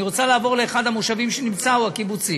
אני רוצה לעבור לאחד המושבים שנמצאים או הקיבוצים,